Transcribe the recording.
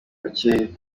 bakeye